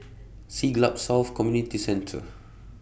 Siglap South Community Dee Centre